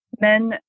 men